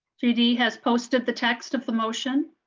j d. has posted the text of the motion.